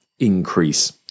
increase